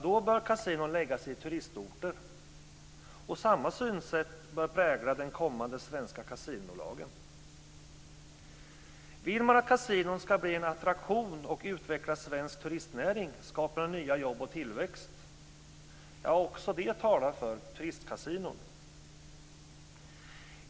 Då bör kasinon läggas i turistorter. Samma synsätt bör prägla den kommande svenska kasinolagen. Vill man att kasinon skall bli en attraktion och utveckla svensk turistnäring, skapa nya jobb och tillväxt? Också detta talar för turistkasinon.